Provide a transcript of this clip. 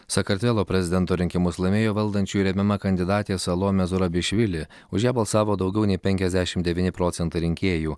sakartvelo prezidento rinkimus laimėjo valdančiųjų remiama kandidatė salomė zurabišvili už ją balsavo daugiau nei penkiasdešimt devyni procentai rinkėjų